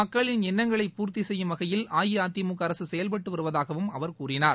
மக்களின் எண்ணங்களை பூர்த்தி செய்யும் வகையில் அஇஅதிமுக அரசு செயல்பட்டு வருவதாகவும் அவர் கூறினார்